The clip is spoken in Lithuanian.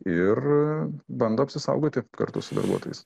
ir bando apsisaugoti kartu su darbuotojais